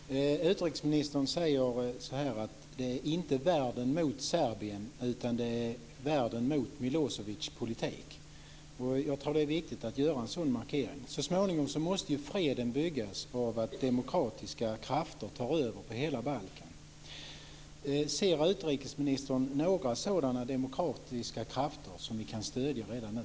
Fru talman! Utrikesministern säger att det inte är världen mot Serbien utan att det är världen mot Milosevics politik. Jag tror att det är viktigt att göra en sådan markering. Så småningom måste ju freden byggas av att demokratiska krafter tar över på hela Balkan. Ser utrikesministern några sådana demokratiska krafter som vi kan stödja redan nu?